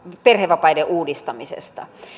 perhevapaiden uudistamisesta